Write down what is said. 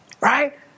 Right